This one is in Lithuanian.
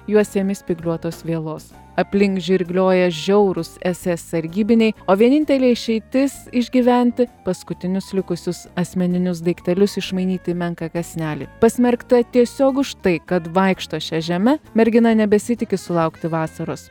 juosiami spygliuotos vielos aplink žirglioja žiaurūs ss sargybiniai o vienintelė išeitis išgyventi paskutinius likusius asmeninius daiktelius išmainyt į menką kąsnelį pasmerkta tiesiog už tai kad vaikšto šia žeme mergina nebesitiki sulaukti vasaros